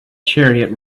chariot